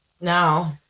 No